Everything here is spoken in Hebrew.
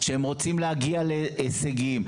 כשהם רוצים להגיע להישגים,